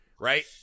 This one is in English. right